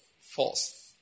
False